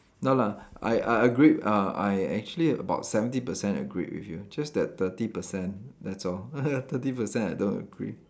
no lah I I agreed uh I actually about seventy percent agreed with you just that thirty person that's all thirty percent I don't agree